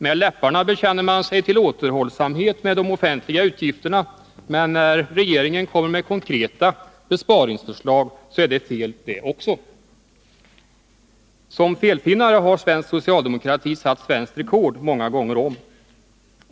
Med läpparna bekänner man sig till återhållsamhet med de offentliga utgifterna, men när regeringen kommer med konkreta besparingsförslag, är det fel det också. Som felfinnare har svensk socialdemokrati satt svenskt rekord många gånger om.